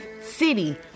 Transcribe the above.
city